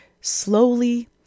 slowly